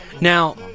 Now